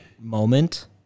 moment